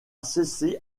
cessé